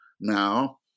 now